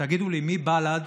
תגידו לי, מבל"ד